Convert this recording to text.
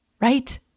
right